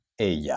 Ella